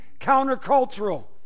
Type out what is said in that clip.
countercultural